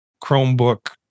Chromebook